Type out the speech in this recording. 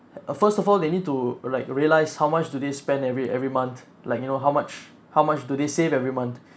uh first of all they need to like realize how much do they spend every every month like you know how much how much do they save every month